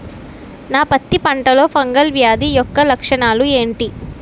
నా పత్తి పంటలో ఫంగల్ వ్యాధి యెక్క లక్షణాలు ఏంటి?